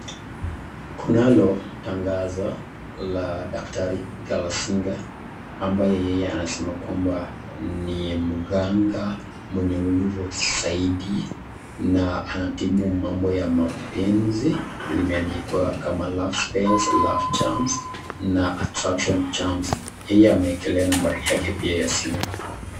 Kunalo tangazo la daktari kalasinga ambaye yeye anasema kwamba ni mganga mwenye nguvu zaidi na anatibu mambo ya mapenzi, limeandikwa kama love spells, love charms na attraction charms yeye amewekelea nambari yake pia ya simu.